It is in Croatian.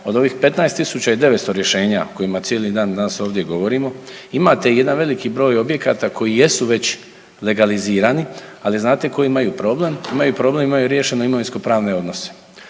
Od ovih 15.900 rješenja o kojima cijeli dan danas ovdje govorimo imate jedan veliki broj objekata koji jesu već legalizirani, ali znate koji imaju problem, imaju problem imaju riješeno imovinsko-pravne odnose.